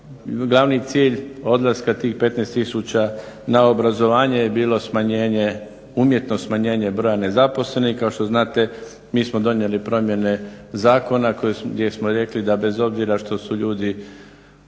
glavni cilj odlaska tih 15 tisuća na obrazovanje je bilo umjetno smanjenje broja nezaposlenih. Kao što znate mi smo donijeli promjene zakona gdje smo rekli da bez obzira što su ljudi